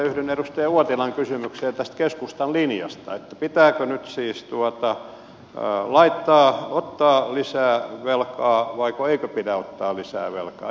yhdyn edustaja uotilan kysymykseen tästä keskustan linjasta että pitääkö nyt siis ottaa lisää velkaa vai eikö pidä ottaa lisää velkaa